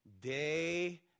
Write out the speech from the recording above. day